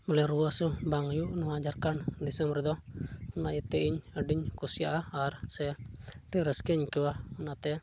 ᱵᱚᱞᱮ ᱨᱩᱣᱟᱹ ᱦᱟᱹᱥᱩ ᱵᱟᱝ ᱦᱩᱭᱩᱜ ᱱᱚᱣᱟ ᱡᱷᱟᱲᱠᱷᱚᱸᱰ ᱫᱤᱥᱚᱢ ᱨᱮᱫᱚ ᱚᱱᱟ ᱤᱭᱟᱹᱛᱮ ᱟᱹᱰᱤᱧ ᱠᱩᱥᱤᱭᱟᱜᱼᱟ ᱟᱨ ᱥᱮ ᱟᱹᱰᱤ ᱨᱟᱹᱥᱠᱟᱹᱧ ᱟᱹᱭᱠᱟᱹᱣᱟ ᱚᱱᱟᱛᱮ